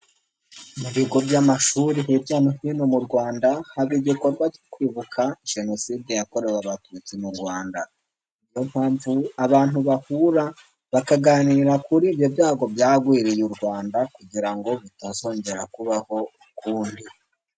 Mu bigo by'amashuri hirya no hino mu Rwanda haba igikorwa cyo kwibuka jenoside yakorewe abatutsi mu Rwanda, niyo mpamvu abantu bahura bakaganira kuri ibyo byago byagwiriye u Rwanda kugira ngo bitazongera kubaho ukundi.